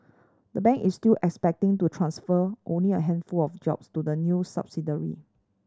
the bank is still expecting to transfer only a handful of jobs to the new subsidiary